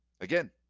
Again